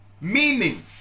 meaning